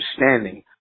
understanding